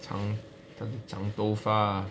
长他的长头发